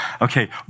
Okay